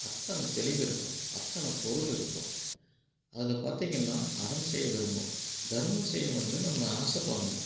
அத்தனை தெளிவு இருக்கும் அத்தனை பொருள் இருக்கும் அதில் பார்த்திங்கன்னா அறம் செய்ய விரும்பு தர்மம் செய்ய வந்து நம்ம ஆசைப்பட்ணும்